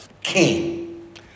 king